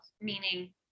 meaning